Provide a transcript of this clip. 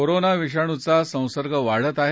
corona विषाणूचा संसर्ग वाढत आहे